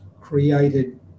created